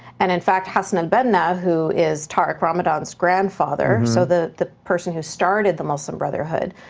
and, in fact, hassan al-banna, who is tariq ramadan's grandfather, so the the person who started the muslim brotherhood,